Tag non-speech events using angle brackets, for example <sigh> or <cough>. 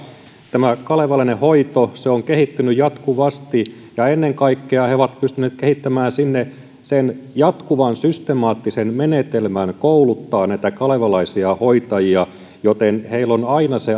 tämä kalevalainen hoito on kehittynyt jatkuvasti ja ennen kaikkea he ovat pystyneet kehittämään sen jatkuvan systemaattisen menetelmän kouluttaa näitä kalevalaisia hoitajia joten heillä on aina se <unintelligible>